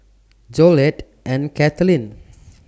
Jolette and Kathlyn